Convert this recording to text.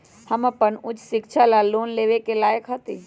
हम अपन उच्च शिक्षा ला लोन लेवे के लायक हती?